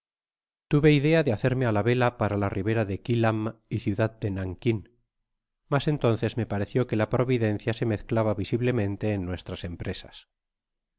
tuve idea de hacerme á la vela para la ribera de eilam y ciudad de nackin mas entonces me pareció que la providencia se mezclaba visimv mente en nuestras empresas